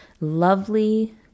lovely